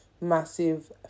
massive